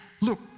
Look